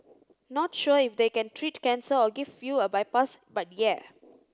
not sure if they can treat cancer or give you a bypass but yeah